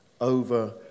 over